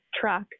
truck